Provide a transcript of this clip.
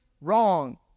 wrong